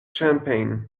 champagne